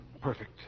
Perfect